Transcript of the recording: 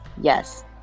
Yes